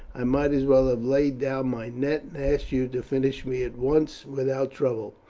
i might as well have laid down my net and asked you to finish me at once without trouble.